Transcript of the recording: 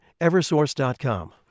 Eversource.com